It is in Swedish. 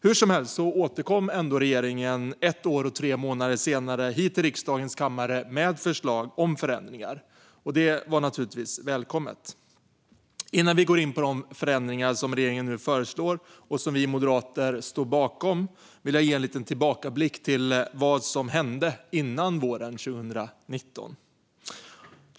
Hur som helst återkom ändå regeringen ett år och tre månader senare till riksdagens kammare med ett förslag om förändringar. Det var naturligtvis välkommet. Innan vi går in på de förändringar som regeringen nu föreslår och som vi moderater står bakom vill jag ge en liten tillbakablick på vad som hände före våren 2019.